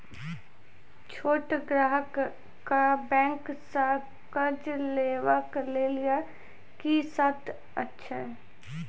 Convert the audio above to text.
छोट ग्राहक कअ बैंक सऽ कर्ज लेवाक लेल की सर्त अछि?